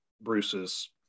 Bruce's